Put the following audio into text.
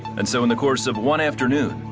and so in the course of one afternoon,